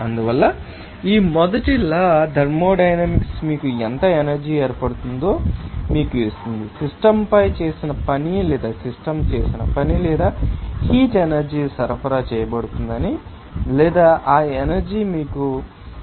అందువల్ల ఈ మొదటి లా థర్మోడైనమిక్స్ మీకు ఎంత ఎనర్జీ ఏర్పడుతుందో మీకు ఇస్తుంది సిస్టమ్ పై చేసిన పని లేదా సిస్టమ్ చేసిన పని లేదా హీట్ ఎనర్జీ సరఫరా చేయబడుతుందని లేదా ఆ ఎనర్జీ మీకు తెలుసా